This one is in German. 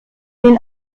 den